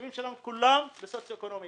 היישובים שלנו כולם בסוציו אקונומי